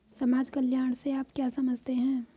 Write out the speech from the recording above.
समाज कल्याण से आप क्या समझते हैं?